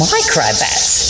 Microbats